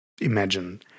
imagine